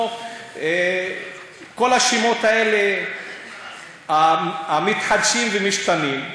או כל השמות האלה המתחדשים ומשתנים,